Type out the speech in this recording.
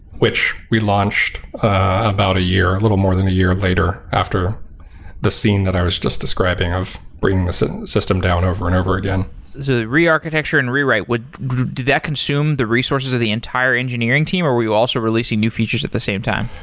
which we launched about a year, a little more than a year later after the scene that i was just describing of bringing the so system down over and over again. so the re-architecture and rewrite, do that consume the resources of the entire engineering team or were you also releasing new features at the same time?